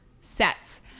sets